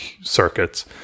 circuits